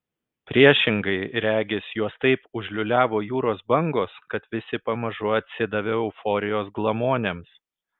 priešingai regis juos taip užliūliavo jūros bangos kad visi pamažu atsidavė euforijos glamonėms